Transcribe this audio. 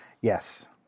Yes